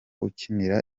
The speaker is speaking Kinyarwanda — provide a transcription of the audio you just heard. ukinira